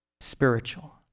spiritual